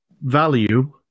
value